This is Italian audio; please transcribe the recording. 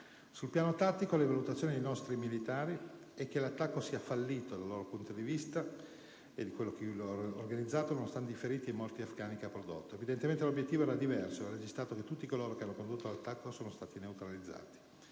Sul piano tattico la valutazione dei nostri militari è che l'attacco sia comunque fallito (dal loro punto di vista, dal punto di vista di chi lo ha organizzato e condotto), nonostante i feriti e i morti afgani che ha prodotto. Evidentemente l'obiettivo era assai diverso e va registrato che tutti coloro che hanno condotto l'attacco sono stati neutralizzati.